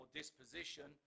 disposition